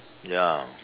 ya